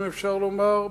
אם אפשר לומר,